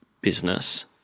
business